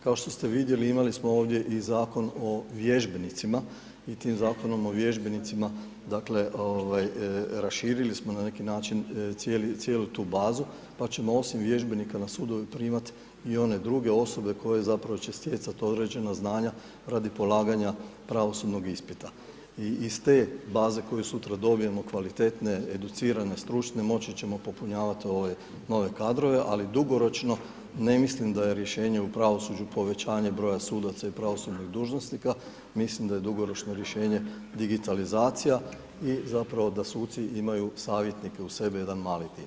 Kao što ste vidjeli, imali smo ovdje i Zakon o vježbenicima i tim Zakonom o vježbenicima dakle raširili smo na neki način cijelu tu bazu pa ćemo osim vježbenika na sudove primat i one druge osobe koje zapravo će stjecat određena znanja radi polaganja pravosudnog ispita i iz te baze koju sutra dobijemo kvalitetne, educirane, stručne moći ćemo popunjavati ove nove kadrove ali dugoročno ne mislim da je rješenje u pravosuđu povećanje broja sudaca i pravosudnih dužnosnika, mislim da je dugoročno rješenje digitalizacija i zapravo da suci imaju savjetnike uz sebe, jedan mali tim.